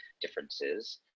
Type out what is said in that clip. differences